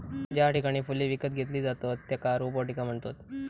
ज्या ठिकाणी फुले विकत घेतली जातत त्येका रोपवाटिका म्हणतत